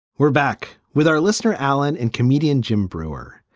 we're back with our listener, alan, and comedian jim breuer.